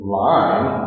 line